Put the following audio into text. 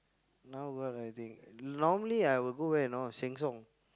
now work I think normally I will go where you know Sheng-Siong